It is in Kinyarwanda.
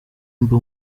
mba